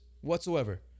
whatsoever